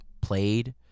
played